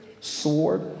sword